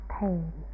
pain